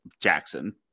Jackson